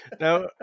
now